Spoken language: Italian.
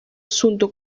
assunto